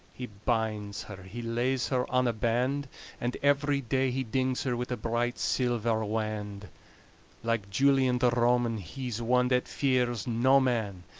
he binds her, he lays her on a band and every day he dings her with a bright silver wand like julian the roman he's one that fears no man.